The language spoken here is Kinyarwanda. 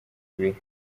ibiri